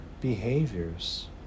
behaviors